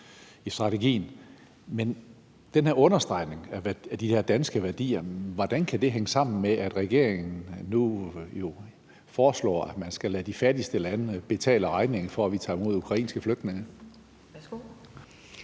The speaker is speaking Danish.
i strategien. Men hvordan kan den her understregning af de her danske værdier hænge sammen med, at regeringen nu foreslår, at man skal lade de fattigste lande betale regningen for, at vi tager imod ukrainske flygtninge?